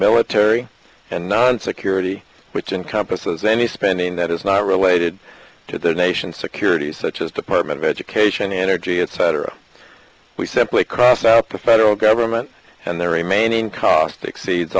military and not on security which encompasses any spending that is not related to the nation's security such as department of education energy etc we simply cross out the federal government and the remaining cost exceeds